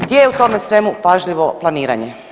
Gdje je u tome svemu pažljivo planiranje?